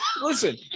Listen